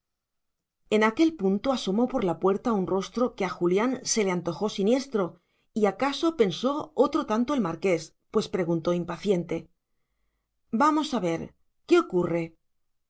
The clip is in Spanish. en aquel punto asomó por la puerta un rostro que a julián se le antojó siniestro y acaso pensó otro tanto el marqués pues preguntó impaciente vamos a ver qué ocurre